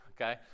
Okay